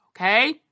okay